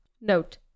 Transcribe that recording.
Note